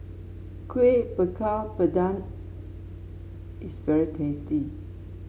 Kuih Bakar Pandan is very tasty